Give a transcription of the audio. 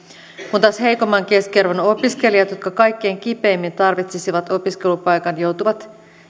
kun taas heikomman keskiarvon opiskelijat jotka kaikkein kipeimmin tarvitsisivat opiskelupaikan joutuvat